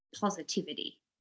positivity